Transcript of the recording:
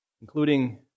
Including